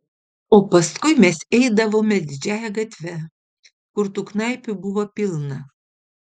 o paskui mes eidavome didžiąja gatve kur tų knaipių buvo pilna